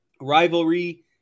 rivalry